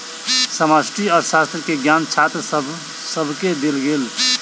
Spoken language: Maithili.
समष्टि अर्थशास्त्र के ज्ञान छात्र सभके देल गेल